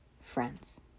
friends